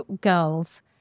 girls